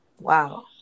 Wow